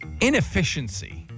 inefficiency